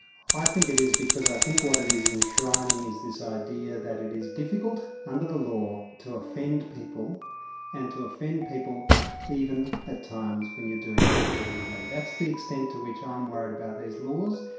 i think it is because i think what it is enshrining is this idea that it is difficult, under the law, to offend people and to offend people even at times when you're doing it legitimately. that's the extent to which i'm um worried about these laws.